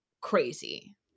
crazy